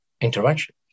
intervention